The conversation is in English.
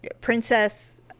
Princess